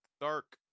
dark